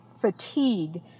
fatigue